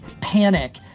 panic